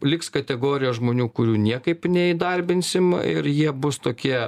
liks kategorija žmonių kurių niekaip neįdarbinsim ir jie bus tokie